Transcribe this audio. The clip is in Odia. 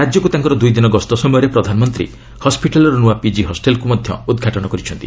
ରାଜ୍ୟକୁ ତାଙ୍କର ଦୁଇ ଦିନ ଗସ୍ତ ସମୟରେ ପ୍ରଧାନମନ୍ତ୍ରୀ ହସ୍କିଟାଲ୍ର ନୂଆ ପିଜି ହଷ୍ଟେଲ୍କୁ ମଧ୍ୟ ଉଦ୍ଘାଟନ କରିଛନ୍ତି